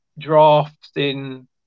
drafting